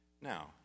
Now